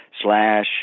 Slash